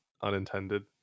unintended